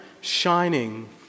shining